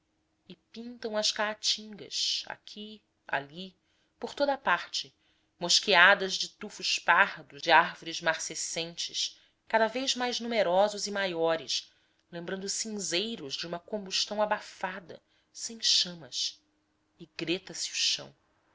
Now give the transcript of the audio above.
e pintam as caatingas aqui ali por toda a parte mosqueadas de tufos pardos de árvores marcescentes cada vez mais numerosos e maiores lembrando cinzeiros de uma combustão abafada sem chamas e greta se o chão